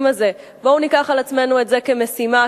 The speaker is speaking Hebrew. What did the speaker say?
הזה: בואו ניקח על עצמנו את זה כמשימה,